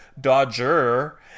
Dodger